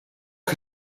can